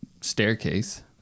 Staircase